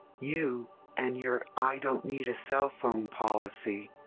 you and your i don't need a cell phone policy!